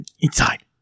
inside